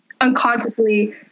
unconsciously